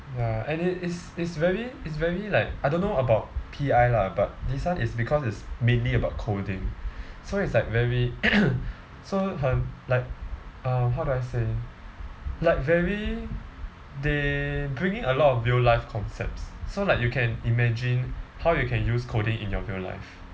ya and it's it's it's very it's very like I don't know about P_I lah but this one is because is mainly about coding so it's like very so 很 like uh how do I say like very they bring in a lot of real life concepts so like you can imagine how you can use coding in your real life